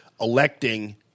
electing